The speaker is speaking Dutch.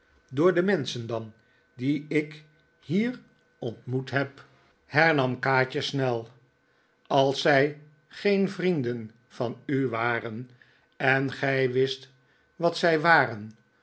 door de menschen dan die ik hier ontkaatje wendt zich tot haar oom moet heb hernam kaatje snel als zij geen vrienden van u waren en gij wist wat zij waren